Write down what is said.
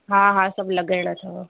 हा हा सभु लगाइणा अथव